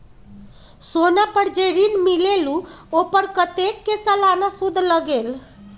सोना पर जे ऋन मिलेलु ओपर कतेक के सालाना सुद लगेल?